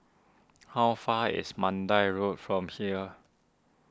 how far is Mandai Road from here